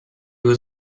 was